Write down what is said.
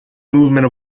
movement